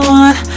one